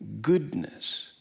Goodness